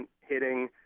hitting